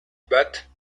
batte